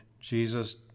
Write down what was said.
Jesus